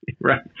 Right